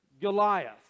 Goliath